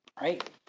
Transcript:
right